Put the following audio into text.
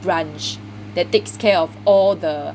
branch that takes care of all the